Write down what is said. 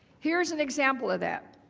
here is an example of that.